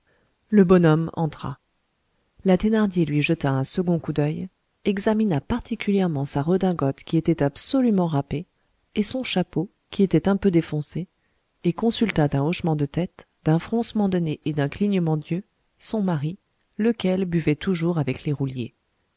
le bonhomme entra la thénardier lui jeta un second coup d'oeil examina particulièrement sa redingote qui était absolument râpée et son chapeau qui était un peu défoncé et consulta d'un hochement de tête d'un froncement de nez et d'un clignement d'yeux son mari lequel buvait toujours avec les rouliers